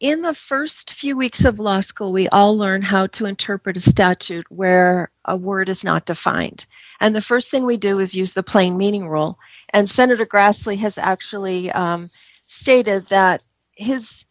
n the st few weeks of law school we all learn how to interpret a statute where a word is not defined and the st thing we do is use the plain meaning rule and senator grassley has actually stated that his